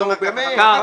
אחד אומר כך ואחד אומר כך.